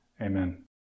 Amen